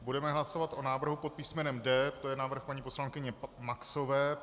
Budeme hlasovat o návrhu pod písmenem D, to je návrh paní poslankyně Maxové.